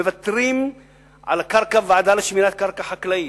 מוותרים על הוועדה לשמירת קרקע חקלאית.